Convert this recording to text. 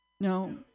No